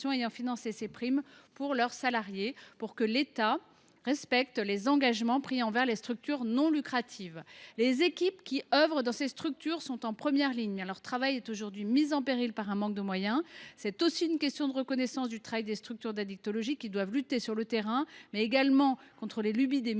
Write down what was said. ayant financé ces primes pour leurs salariés. L’État doit en effet respecter les engagements qui ont été pris envers les structures non lucratives. Les équipes qui œuvrent dans ces structures sont en première ligne et leur travail est mis en péril par le manque de moyens. C’est aussi une question de reconnaissance du travail des structures d’addictologie, qui luttent non seulement sur le terrain, mais également contre les lubies des ministres